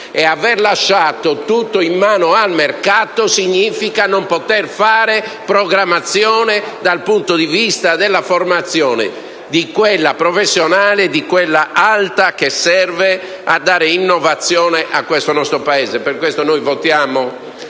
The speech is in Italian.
Aver lasciato tutto in mano al mercato significa non poter fare programmazione dal punto di vista della formazione, di quella professionale, di quella alta che serve a dare innovazione al nostro Paese. Per questo voteremo